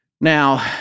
Now